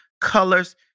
colors